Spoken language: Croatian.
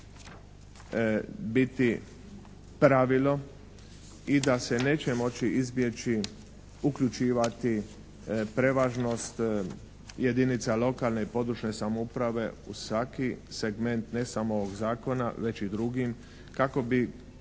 da će to biti pravilo i da se neće moći izbjeći uključivati prevažnost jedinica lokalne i područne samouprave u svaki segment ne samo ovog zakona već i drugim kako bi